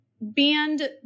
Band